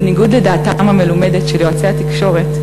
בניגוד לדעתם המלומדת של יועצי התקשורת,